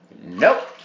Nope